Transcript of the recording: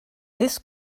this